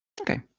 okay